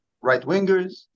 right-wingers